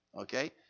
Okay